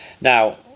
Now